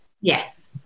yes